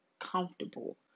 comfortable